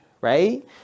right